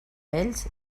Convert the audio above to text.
ells